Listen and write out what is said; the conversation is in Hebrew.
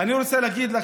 להגיע למדינת